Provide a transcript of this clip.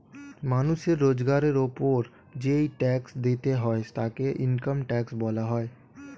মানুষের রোজগারের উপর যেই ট্যাক্স দিতে হয় তাকে ইনকাম ট্যাক্স বলা হয়